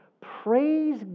Praise